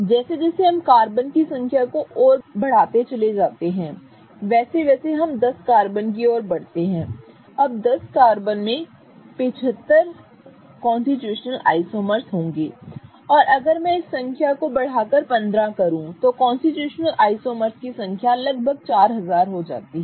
जैसे जैसे हम कार्बन की संख्या को और बढ़ाते चले जाते हैं वैसे वैसे हम 10 कार्बन की ओर बढ़ते हैं अब 10 कार्बन में 75 कॉन्स्टिट्यूशनल आइसोमर्स होंगे और अगर मैं संख्या को बढ़ाकर 15 करूं तो कॉन्स्टिट्यूशनल आइसोमर्स की संख्या लगभग 4000 हो जाती है